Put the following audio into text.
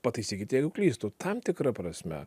pataisykit jeigu klystu tam tikra prasme